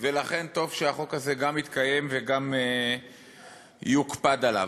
ולכן, טוב שהחוק הזה גם יתקיים וגם יוקפד עליו.